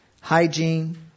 hygiene